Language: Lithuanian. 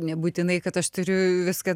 nebūtinai kad aš turiu viską